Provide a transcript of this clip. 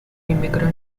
immigrant